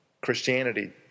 Christianity